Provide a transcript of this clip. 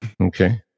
Okay